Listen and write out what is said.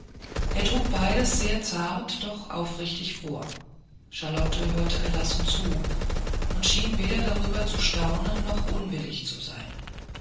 er trug beides sehr zart doch aufrichtig vor charlotte hörte gelassen zu und schien weder darüber zu staunen noch unwillig zu sein